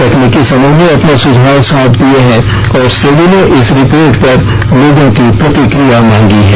तकनीकी समूह ने अपने सुझाव सौंप दिये हैं और सेबी ने इस रिपोर्ट पर लोगों की प्रतिक्रिया मांगी है